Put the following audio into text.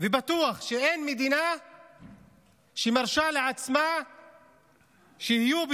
ובטוח שאין מדינה שמרשה לעצמה שיהיו בה